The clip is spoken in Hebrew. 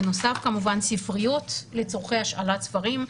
בנוסף כמובן ספריות לצורכי השאלת ספרים,